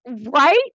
right